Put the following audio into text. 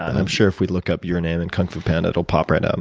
i'm sure if we look up your name and kung fu panda, it'll pop right up.